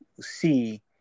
see